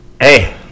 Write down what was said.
hey